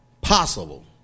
possible